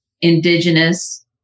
Indigenous